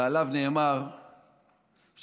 ועליו נאמר שבזכותו,